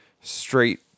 straight